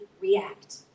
react